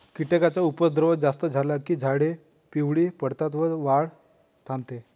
कीटकांचा उपद्रव जास्त झाला की झाडे पिवळी पडतात व वाढ थांबते